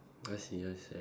I see I see